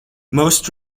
most